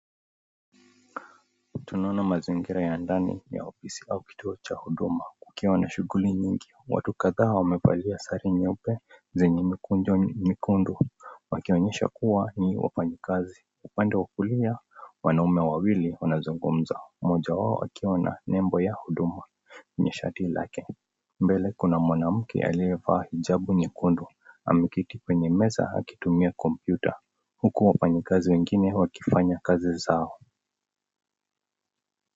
Tunaona mazingira ya ndani ya ofisi au kituo cha huduma ukiwa na shughuli mingi ,watu kadhaa wamevalia sare nyeupe zenye mikunjo nyekundu , wakionyesha kuwa ni wafanyikazi , upande wa kulia wanaume wawili wanazungumza mmoja wao akiwa na nembo ya huduma kwenye shati lake, mbele mwanamke aliyevaa hijabu nyekundu ameketi kwenye meza akitumia kompyuta huku wafanyikazi wengine wakifanya kazi zao.